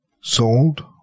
sold